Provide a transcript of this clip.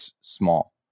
small